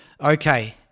Okay